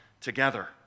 together